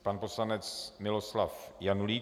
Pan poslanec Miloslav Janulík.